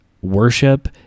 Worship